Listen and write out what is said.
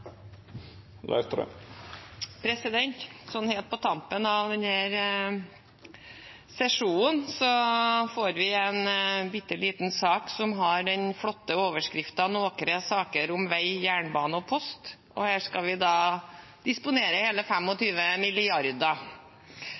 sesjonen får vi en bitte liten sak som har den flotte overskriften «Nokre saker om veg, jernbane og post», og her skal vi da disponere hele